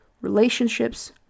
relationships